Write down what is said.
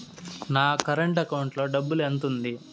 నా current account లో డబ్బులు ఎంత ఉంది?